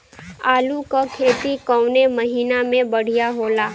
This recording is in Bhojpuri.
आलू क खेती कवने महीना में बढ़ियां होला?